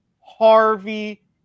Harvey